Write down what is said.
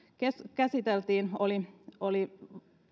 käsiteltiin oli oli